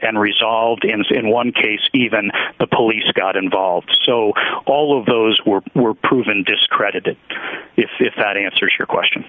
and resolved and say in one case even the police got involved so all of those were were proven discredited if if that answers your question